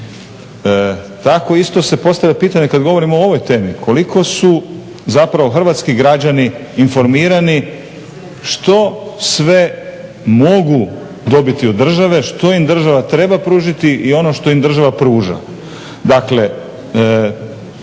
Tako isto se postavlja pitanje kad govorimo o ovoj temi koliko su zapravo hrvatski građani informirani što sve mogu dobiti od države, što im država treba pružiti i ono što im država pruža.